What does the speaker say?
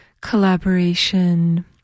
Collaboration